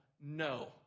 No